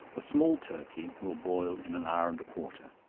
a small turkey will boil in an hour and a quarter,